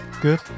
good